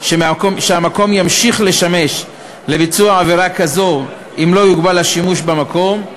שהמקום ימשיך לשמש לביצוע עבירה כזו אם לא יוגבל השימוש במקום,